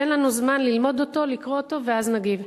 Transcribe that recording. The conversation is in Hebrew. תן לנו זמן ללמוד אותו, לקרוא אותו ואז נגיב.